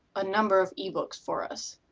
a number of ebooks for us.